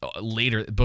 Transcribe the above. Later